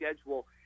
schedule